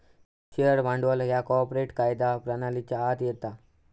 share भांडवल ह्या corporate कायदा प्रणालीच्या आत येता